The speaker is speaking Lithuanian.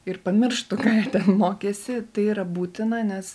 ir pamirštų ką jie mokėsi tai yra būtina nes